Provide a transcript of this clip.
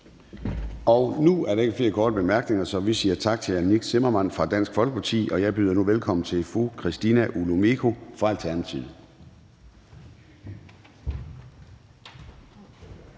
Nu er der ikke flere korte bemærkninger, så vi siger tak til hr. Nick Zimmermann fra Dansk Folkeparti. Og jeg byder nu velkommen til fru Christina Olumeko fra Alternativet.